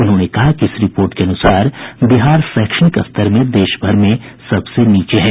उन्होंने कहा कि इस रिपोर्ट के अनुसार बिहार शैक्षणिक स्तर में देश भर में सबसे नीचे है